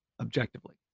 objectively